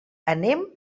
anem